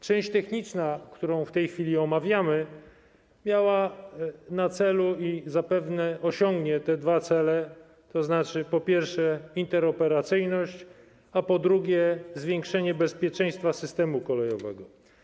Część techniczna, którą w tej chwili omawiamy, miała na celu - i zapewne osiągnie te dwa cele - po pierwsze, osiągnięcie interoperacyjności, a po drugie, zwiększenie bezpieczeństwa systemu kolejowego.